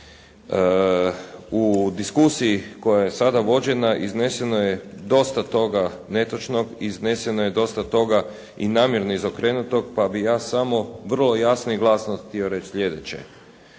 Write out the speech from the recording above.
U diskusiji koja je sada vođena izneseno je dosta toga netočnog, izneseno je dosta toga i namjerno izokrenutog pa bi ja samo vrlo jasno i glasno htio reći sljedeće.